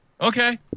okay